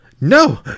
No